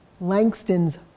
Langston's